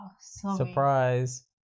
surprise